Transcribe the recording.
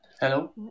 Hello